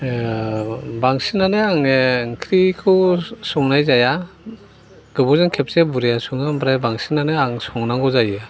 बांसिनानो आंने ओंख्रिखौ संनाय जाया गोबाव जों खेबसे बुरैया सङो ओमफ्राय बांसिनानो आं संनांगौ जायो